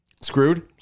Screwed